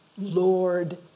Lord